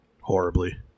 horribly